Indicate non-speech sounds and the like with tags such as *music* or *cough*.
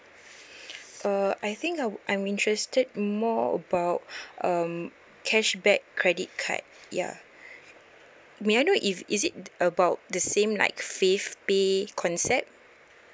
*noise* *breath* uh I think I wou~ I'm interested in more about *breath* um cashback credit card ya may I know if is it about the same like fave pay concept